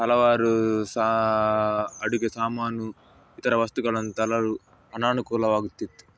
ಹಲವಾರು ಸಹ ಅಡುಗೆ ಸಾಮಾನು ಇತರ ವಸ್ತುಗಳನ್ ತರಲು ಅನನುಕೂಲವಾಗುತ್ತಿತ್ತು